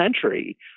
century